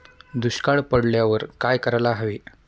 दुष्काळ पडल्यावर काय करायला हवे?